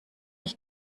ich